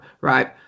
right